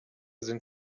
sind